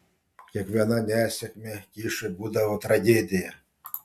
kiekviena nesėkmė kišui būdavo tragedija